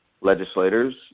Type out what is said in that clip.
legislators